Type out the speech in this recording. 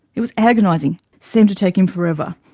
it was agonizing. seemed to take him forever.